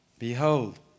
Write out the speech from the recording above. Behold